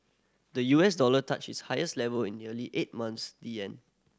the U S dollar touch its highest level in nearly eight months the yen